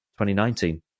2019